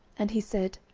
and he said,